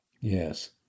Yes